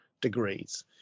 degrees